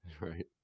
Right